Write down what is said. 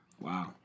Wow